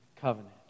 Covenant